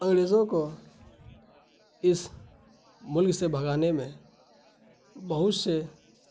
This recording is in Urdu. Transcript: انگریزوں کو اس ملک سے بھگانے میں بہت سے